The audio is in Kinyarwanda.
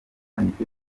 nibyo